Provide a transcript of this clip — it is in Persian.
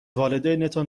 والدینتان